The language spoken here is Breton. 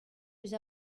eus